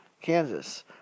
Kansas